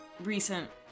Recent